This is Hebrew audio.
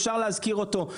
אפשר להזכיר אותו,